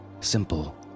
simple